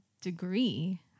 degree